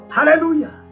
Hallelujah